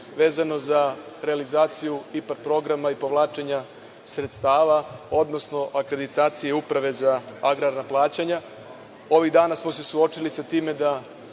vezano za realizaciju IPAR programa i povlačenja sredstava, odnosno akreditacije Uprave za agrarna plaćanja. Ovih dana samo se suočili sa time da